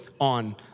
on